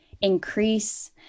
increase